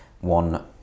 one